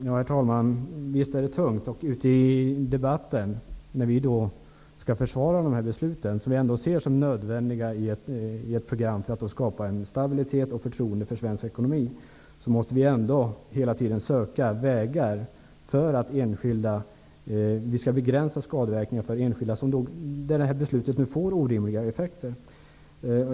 Herr talman! Visst är det tungt. När vi i debatten skall försvara dessa beslut, som vi ändå ser som nödvändiga i ett program för att skapa stabilitet och förtroende för svensk ekonomi, måste vi ändå söka vägar för att begränsa skadeverkningarna för den enskilde. Beslutet kan ju få orimliga effekter.